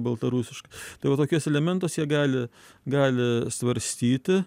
baltarusiška tegu va tokius elementus jie gali gali svarstyti